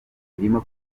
irimo